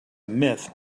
myth